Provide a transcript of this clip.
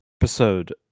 episode